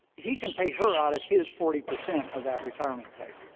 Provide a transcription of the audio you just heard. he can pay her out of his forty percent of that retirement pay.